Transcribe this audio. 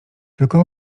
tylko